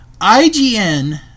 IGN